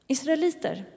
Israeliter